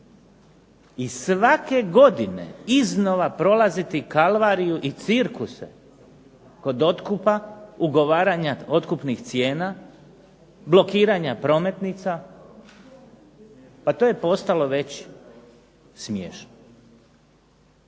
i svake godine iznova prolaziti kalvariju i cirkuse kod otkupa, ugovaranja otkupnih cijena, blokiranja prometnica, pa to je postalo već smiješno.